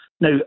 Now